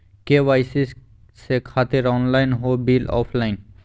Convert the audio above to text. KYC से खातिर online हो बिल ऑफलाइन?